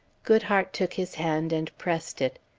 goodhart took his hand and pressed it,